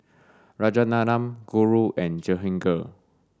Rajaratnam Guru and Jehangirr